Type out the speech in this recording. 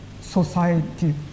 society